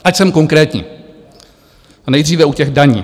Ať jsem konkrétní, nejdříve u těch daní.